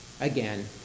Again